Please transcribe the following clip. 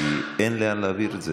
כי אין לאן להעביר את זה.